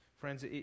Friends